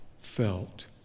felt